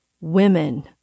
women